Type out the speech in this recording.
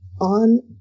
on